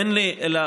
אין לי אלא,